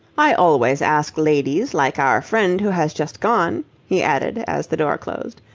i always ask ladies, like our friend who has just gone, he added as the door closed,